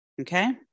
Okay